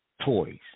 toys